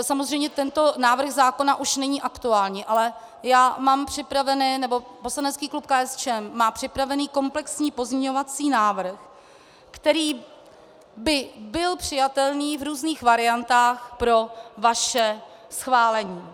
Samozřejmě tento návrh zákona už není aktuální, ale mám připraven, nebo poslanecký klub KSČM má připraven komplexní pozměňovací návrh, který by byl přijatelný v různých variantách pro vaše schválení.